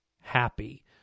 happy